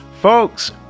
Folks